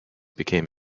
became